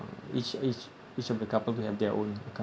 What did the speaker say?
each each each of the couple to have their own acco~